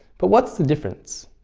but what's the difference?